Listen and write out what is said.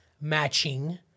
matching